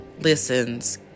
listens